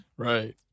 Right